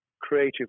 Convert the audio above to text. creative